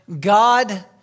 god